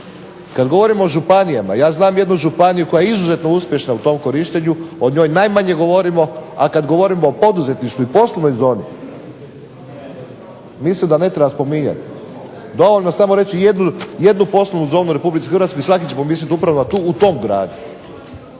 Kad govorimo o županijama, ja znam jednu županiju koja je izuzetno uspješna u tom korištenju. O njoj najmanje govorimo, a kad govorimo o poduzetništvu i poslovnoj zoni mislim da ne trebam spominjat. Dovoljno je reći samo jednu poslovnu zonu u Republici Hrvatskoj i svatko će pomisliti upravo na tu u tom gradu.